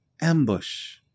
ambush